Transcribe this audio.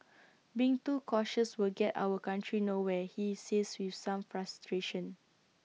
being too cautious will get our country nowhere he says with some frustration